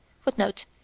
footnote